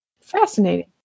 Fascinating